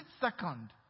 second